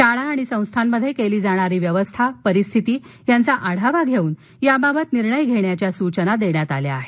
शाळा संस्थामध्ये केली जाणारी व्यवस्था परीस्थिती यांचा आढावा घेऊन याबाबत निर्णय घेण्याच्या सुचना देण्यात आल्या आहेत